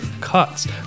cuts